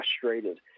frustrated